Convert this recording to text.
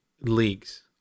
leagues